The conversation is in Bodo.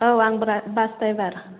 औ आं बास ड्राइभार